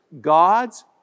God's